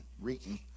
reading